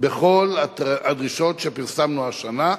בכל הדרישות שפרסמנו השנה.